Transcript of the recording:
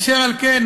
אשר על כן,